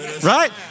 Right